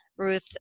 Ruth